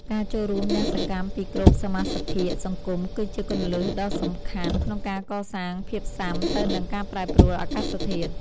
ការចូលរួមយ៉ាងសកម្មពីគ្រប់សមាសភាគសង្គមគឺជាគន្លឹះដ៏សំខាន់ក្នុងការកសាងភាពស៊ាំទៅនឹងការប្រែប្រួលអាកាសធាតុ។